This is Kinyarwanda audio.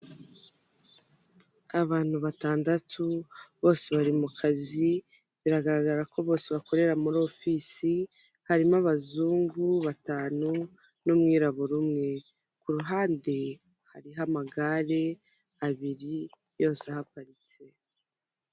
Abantu batandukanye barimo abagore n'abagabo bari mu cyumba cyabugenewe gukorerwamo inama kirimo ameza yabugenewe ndetse n'intebe z'umukara zicayemo abo bantu bafite n'ama mashini bari kwiga ku kibazo runaka cyabahurije aho hantu.